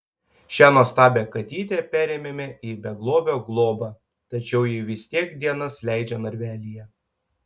šią nuostabią katytę perėmėme į beglobio globą tačiau ji vis tiek dienas leidžia narvelyje